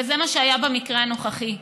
וזה מה שהיה במקרה הנוכחי.